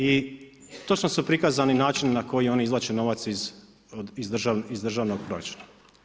I točno su prikazani način na koji oni izvlače novac iz državnog proračuna.